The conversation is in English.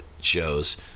shows